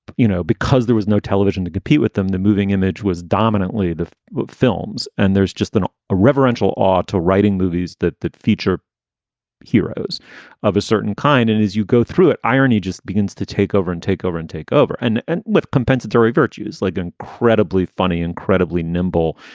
you know, because there was no television to compete with them. the moving image was dominantly the but films. and there's just a reverential ah to writing movies that that feature heroes of a certain kind. and as you go through it, irony just begins to take over and take over and take over. and and with compensatory virtues like incredibly funny, incredibly nimble,